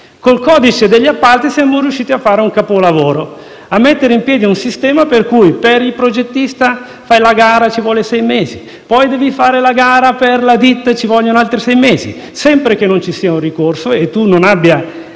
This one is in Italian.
il codice degli appalti siamo riusciti a fare un capolavoro mettendo in piedi un sistema per cui per il progettista si fa la gara e ci vogliono sei mesi, poi si fa la gara per la ditta e ci vogliono altri sei mesi; sempre che non ci sia un ricorso e che l'ente